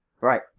right